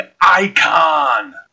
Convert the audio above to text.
Icon